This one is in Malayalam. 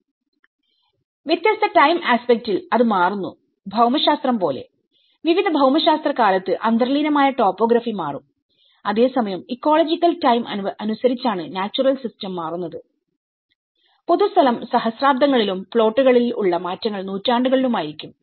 വ്യത്യസ്ത ടൈം ആസ്പെക്റ്റിൽ അത് മാറുന്നുഭൌമശാസ്ത്രം പോലെവിവിധ ഭൌമശാസ്ത്രകാലത്ത് അന്തർലീനമായ ടോപ്പോഗ്രഫി മാറും അതേസമയം ഇക്കോളജിക്കൽ ടൈം അനുസരിച്ചാണ് നാച്ചുറൽ സിസ്റ്റം മാറുന്നത്പൊതുസ്ഥലം സഹസ്രാബ്ദങ്ങളിലുംപ്ലോട്ടുകളിൽ ഉള്ള മാറ്റങ്ങൾ നൂറ്റാണ്ടുകളിലായിരിക്കാം